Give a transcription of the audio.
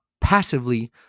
passively